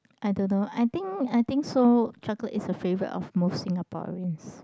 I don't know I think I think so chocolate is a favourite of most Singaporeans